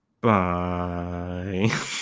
Bye